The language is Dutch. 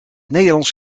nederlands